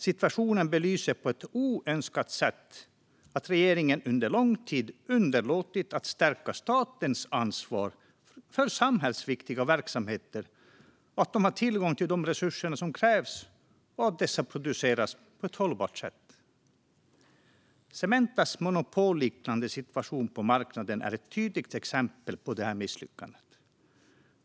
Situationen belyser på ett oönskat sätt att regeringen under lång tid underlåtit att stärka statens ansvar för att samhällsviktiga verksamheter har tillgång till de resurser som krävs och att dessa produceras på ett hållbart sätt. Cementas monopolliknande situation på marknaden är ett tydligt exempel på detta misslyckande.